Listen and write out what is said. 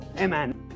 Amen